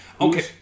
Okay